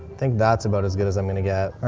think that's about as good as i'm going to get.